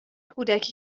کودکی